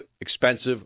expensive